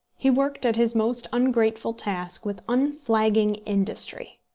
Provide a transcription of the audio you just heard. he worked at his most ungrateful task with unflagging industry.